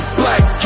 black